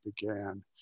began